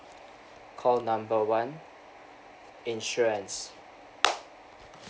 call number one insurance